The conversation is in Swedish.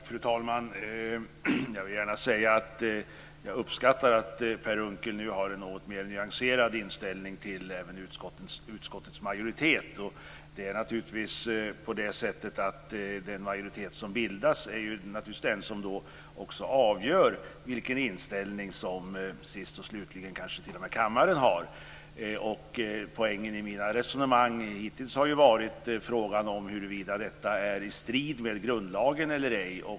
Fru talman! Jag vill gärna säga att jag uppskattar att Per Unckel nu har en något mer nyanserad inställning till utskottets majoritet. Det är ju den majoritet som bildas som också avgör vilken inställning som sist och slutligen kanske t.o.m. kammaren har. Poängen i mina resonemang hittills har varit frågan om huruvida detta står i strid med grundlagen eller ej.